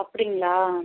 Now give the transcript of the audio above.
அப்படிங்களா